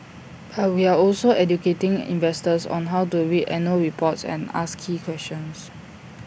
but we're also educating investors on how to read annual reports and ask key questions